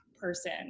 person